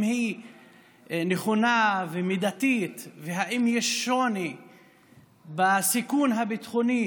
היא נכונה ומידתית ואם יש שוני בסיכון הביטחוני